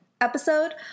episode